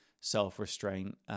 self-restraint